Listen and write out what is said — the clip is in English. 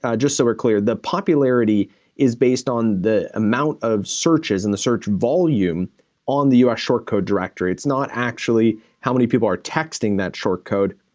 ah just so we're clear, the popularity is based on the amount of searches in the search volume on the u s. short code directory. it's not actually how many people are texting that short code.